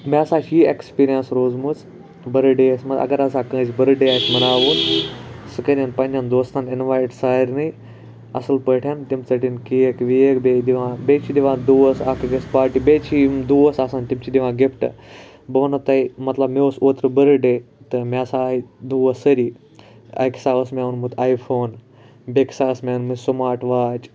مےٚ ہَسا چھِ یہِ ایٚکِسپیریَنٕس روٗزمٕژ بٔرتھ ڈے یَس مَنٛز اَگَر ہَسا کٲنٛسہِ بٔرتھ ڈے آسہِ مَناوُن سُہ کٔرِنۍ پَننٮ۪ن دوستَن اِنوَیِٹ سارنٕے اصل پٲٹھۍ تِم ژٔٹِن کیک ویک بیٚیہِ چھِ دِوان بیٚیہِ چھِ دِوان دوس اَکھ أکِس پارٹی بیٚیہِ چھِ یِم دوس آسان تم چھِ دِوان گِفٹہٕ بہٕ وَنو تۄہہِ مَطلَب مےٚ اوس اوترٕ بٔرتھ ڈے تہٕ مےٚ ہَسا آے دوس سٲری أکۍ ہَسا اوس مےٚ اوٚنمُت آیۍ فون بیٚکۍ ہَسا ٲسۍ مےٚ أنمٕژ سماٹ واچ